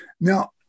Now